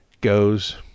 goes